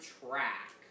track